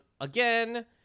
Again